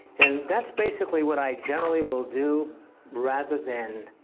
and that's basically what i generally will do rather than,